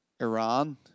Iran